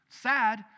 Sad